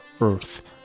earth